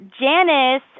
Janice